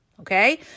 Okay